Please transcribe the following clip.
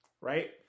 Right